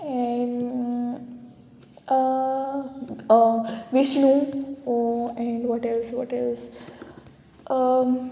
and Vishnu and वॉटेल्स वॉटेल्स